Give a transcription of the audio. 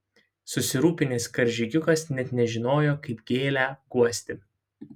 susirūpinęs karžygiukas net nežinojo kaip gėlę guosti